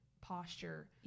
posture